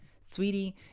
sweetie